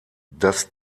das